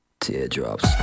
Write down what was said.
teardrops